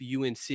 UNC